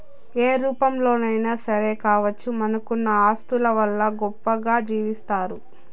ఏ రూపంలోనైనా సరే కావచ్చు మనకున్న ఆస్తుల వల్ల గొప్పగా జీవిస్తారు